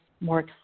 more